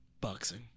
Boxing